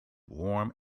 warm